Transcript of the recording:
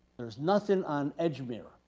there's nothing on edgemere